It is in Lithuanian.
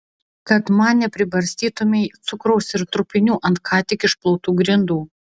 kad man nepribarstytumei cukraus ir trupinių ant ką tik išplautų grindų